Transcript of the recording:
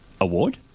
Award